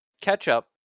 ketchup